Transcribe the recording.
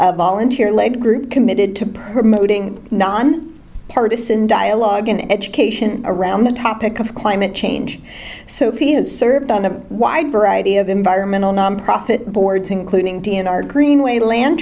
volunteer lead group committed to permuting non partisan dialogue in education around the topic of climate change so he has served on a wide variety of environmental nonprofit boards including d n r greenway land